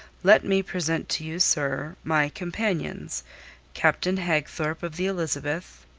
let me present to you, sir, my companions captain hagthorpe of the elizabeth,